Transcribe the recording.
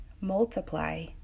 multiply